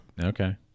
Okay